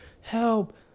help